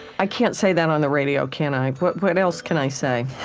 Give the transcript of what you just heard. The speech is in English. i can't say that on the radio, can i? what but and else can i say?